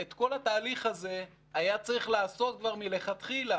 את כל התהליך הזה היה צריך לעשות מלכתחילה,